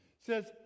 says